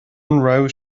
raibh